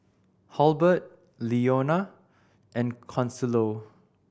Halbert Leonia and Consuelo